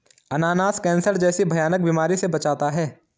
अनानास कैंसर जैसी भयानक बीमारी से बचाता है